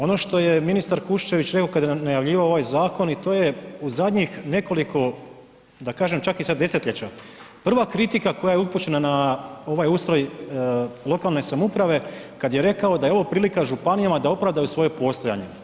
Ono što je ministar Kuščević rekao kada je najavljivao ovaj zakon i to je, u zadnjih nekoliko, da kažem sad i desetljeća, prva kritika koja je upućena na ovaj ustroj lokalne samouprave, kad je rekao da je ovo prilika županijama da opravdaju svoje postojanje.